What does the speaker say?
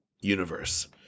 universe